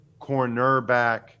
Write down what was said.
cornerback